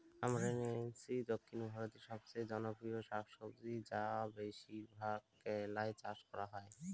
আমরান্থেইসি দক্ষিণ ভারতের সবচেয়ে জনপ্রিয় শাকসবজি যা বেশিরভাগ কেরালায় চাষ করা হয়